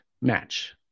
match